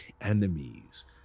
enemies